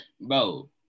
Bro